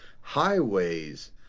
highways